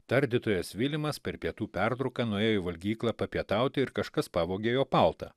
tardytojas vilimas per pietų pertrauką nuėjo į valgyklą papietauti ir kažkas pavogė jo paltą